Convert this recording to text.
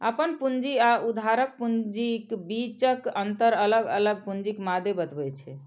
अपन पूंजी आ उधारक पूंजीक बीचक अंतर अलग अलग पूंजीक मादे बतबै छै